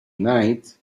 night